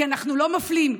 כי אנחנו לא מפלים,